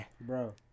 bro